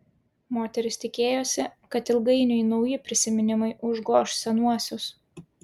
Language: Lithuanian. moteris tikėjosi kad ilgainiui nauji prisiminimai užgoš senuosius